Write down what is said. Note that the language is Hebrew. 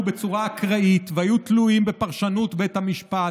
בצורה אקראית והיו תלויים בפרשנות בית המשפט,